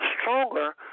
stronger